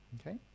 Okay